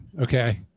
okay